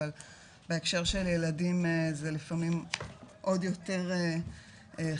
אבל בהקשר של ילדים זה לפעמים עוד יותר חמור,